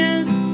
Yes